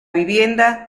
vivienda